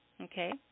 okay